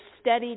steady